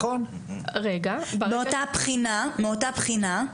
מאותה בחינה,